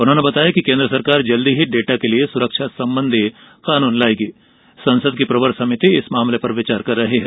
उन्होंने बताया कि केन्द्र सरकार जल्द ही डेटा की सुरक्षा संबंधी कानून लाएगी और संसद की प्रवर समिति इस मामले पर विचार कर रही है